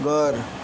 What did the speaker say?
घर